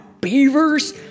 beavers